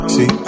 See